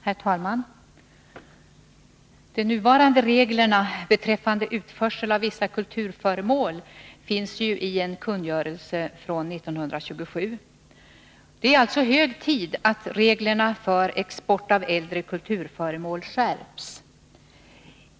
Herr talman! De nuvarande reglerna beträffande utförsel av vissa kulturföremål finns i en kungörelse från 1927. Det är alltså hög tid att reglerna för export av äldre kulturföremål skärps.